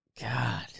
God